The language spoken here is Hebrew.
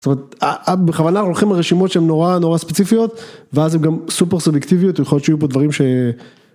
זאת אומרת בכוונה הולכים לרשימות שהן נורא נורא ספציפיות ואז הן גם סופר סלקטיביות ויכול להיות שיהיו פה דברים ש...